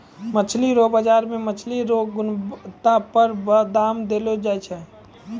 मछली रो बाजार मे मछली रो गुणबत्ता पर दाम देलो जाय छै